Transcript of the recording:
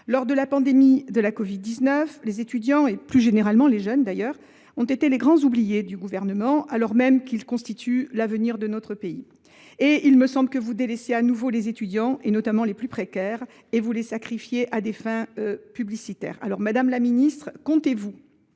Lors de la pandémie de covid 19, les étudiants et, plus généralement, les jeunes ont été les grands oubliés du Gouvernement, alors même qu’ils sont l’avenir de notre pays. Il me semble que vous délaissez de nouveau les étudiants, notamment les plus précaires, et que vous les sacrifiez à des fins publicitaires. Madame la ministre, le